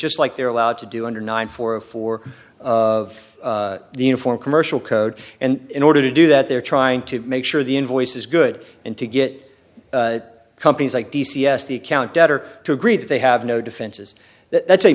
just like they're allowed to do under nine for a four of the uniform commercial code and in order to do that they're trying to make sure the invoice is good and to get companies like d c s the account debtor to agree that they have no defenses that it's a